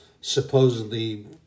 supposedly